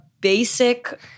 basic-